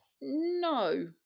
No